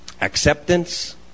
acceptance